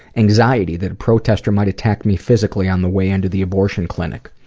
anxiety that a protestor might attack me physically on the way into the abortion clinic.